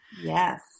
Yes